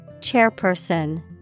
Chairperson